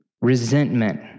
resentment